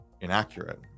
inaccurate